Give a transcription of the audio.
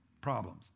problems